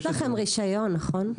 יש לכם רישיון, נכון?